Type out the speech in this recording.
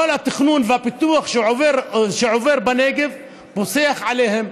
וכל התכנון והפיתוח שעובר בנגב פוסח עליהם.